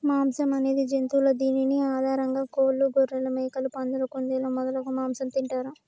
మాంసం అనేది జంతువుల దీనిని ఆహారంగా కోళ్లు, గొఱ్ఱెలు, మేకలు, పందులు, కుందేళ్లు మొదలగు మాంసం తింటారు